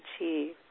achieve